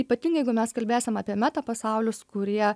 ypatingai jeigu mes kalbėsim apie meta pasaulius kurie